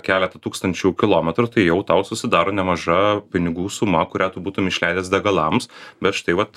keletą tūkstančių kilometrų tai jau tau susidaro nemaža pinigų suma kurią tu būtum išleidęs degalams bet štai vat